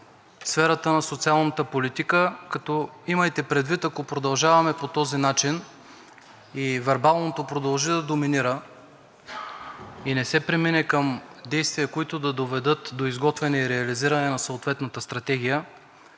сферата на социалната политика. Имайте предвид, ако продължаваме по този начин и вербалното продължи да доминира, и не се премине към действия, които да доведат до изготвяне и реализиране на съответната стратегия,